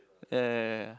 ya ya ya ya